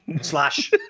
slash